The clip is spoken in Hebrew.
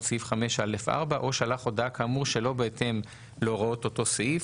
סעיף 5א4 או שלח הודעה כאמור שלא בהתאם להוראות אותו סעיף".